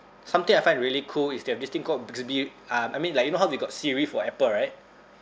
something I find really cool is they have this thing called bixby um I mean like you know we got siri for apple right